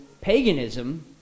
paganism